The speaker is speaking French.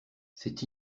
c’est